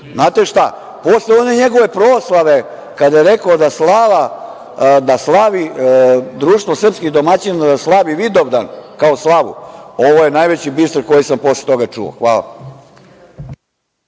šta posle one njegove proslave, kada je rekao da Društvo srpskih domaćina slavi Vidovdan kao slavu, ovo je najveći biser koji sam posle toga čuo. Hvala.